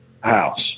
house